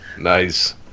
Nice